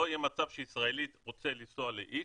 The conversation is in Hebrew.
לא יהיה מצב שישראלי ירצה לנסוע ל-X,